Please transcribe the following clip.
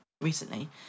recently